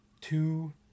two